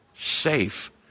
safe